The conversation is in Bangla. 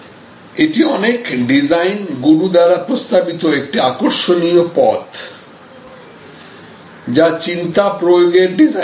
এটি অনেক ডিজাইন গুরু দ্বারা প্রস্তাবিত একটি আকর্ষণীয় পথ যা চিন্তা প্রয়োগের ডিজাইন